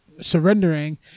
surrendering